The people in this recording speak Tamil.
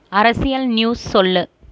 அரசியல் நியூஸ் சொல்